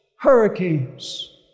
hurricanes